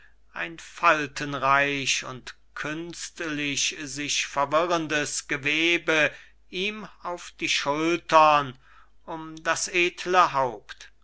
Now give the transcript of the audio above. ein faltenreich und künstlich sich verwirrendes gewebe ihm auf die schultern um das edle haupt